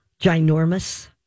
ginormous